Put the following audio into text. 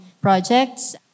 projects